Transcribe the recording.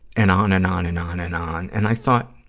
and on and on and on and on. and i thought,